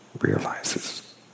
realizes